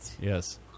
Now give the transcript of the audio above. Yes